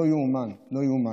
לא יאומן, לא יאומן.